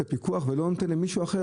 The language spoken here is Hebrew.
את הפיקוח ולא נותן למישהו אחר.